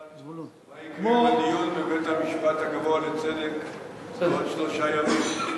דיון בבית-המשפט הגבוה לצדק בעוד שלושה ימים.